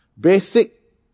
basic